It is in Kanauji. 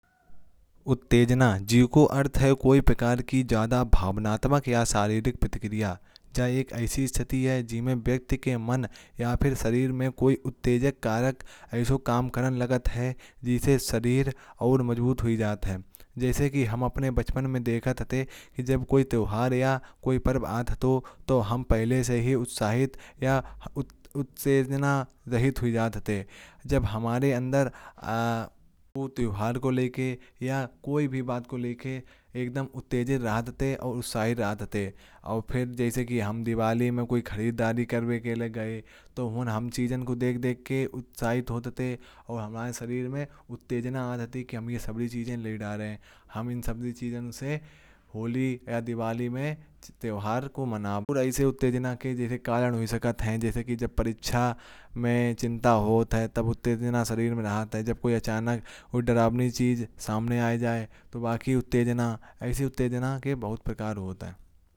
उत्तेजना का अर्थ है किसी प्रकार की ज्यादा भावनात्मक या शारीरिक प्रतिक्रिया। ये एक ऐसी स्थिति है जिसमें व्यक्ति के मन या शरीर में कोई उत्तेजक कारक। ऐसे काम करने लगता है जिससे शरीर और मजबूत हो जाता है। जैसे हम अपने बचपन में देखते थे कि जब कोई त्योहार या कोई खास बात होती थी। तो हम पहले से ही उत्साहित या उत्तेजित रहते थे। जैसे ही हम दीवाली पर खरीदारी करने जाते थे। तो हम चीजों को देख देख कर उत्साहित होते थे और हमारे शरीर में उत्तेजना होती थी। हम ये सब चीजें लेकर दीवाली या होली जैसे त्योहारों को मनाते थे। उत्तेजना के कई कारण हो सकते हैं। जैसे जब परीक्षा की चिंता होती है। तब भी उत्तेजना शरीर में महसूस होती है। जब कोई अचानक और डरावनी चीज सामने आ जाती है तब भी उत्तेजना होती है। इस प्रकार उत्तेजना के बहुत सारे प्रकार होते हैं।